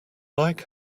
like